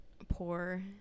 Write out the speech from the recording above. Poor